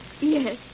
Yes